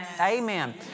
Amen